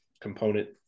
component